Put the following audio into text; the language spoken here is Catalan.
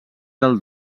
del